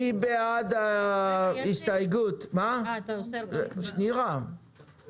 מי בעד ההסתייגות של חבר הכנסת מקלב?